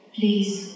Please